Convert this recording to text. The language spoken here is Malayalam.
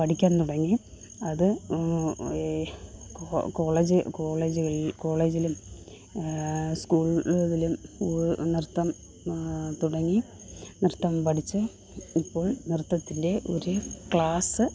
പഠിക്കാൻ തുടങ്ങി അത് എ കോളേജിൽ കോളേജുകളിൽ കോളേജിലും സ്കൂൾ ഇതിലും നൃത്തം തുടങ്ങി നൃത്തം പഠിച്ച് ഇപ്പോൾ നൃത്തത്തിൻ്റെ ഒരു ക്ലാസ്